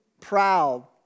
proud